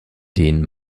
den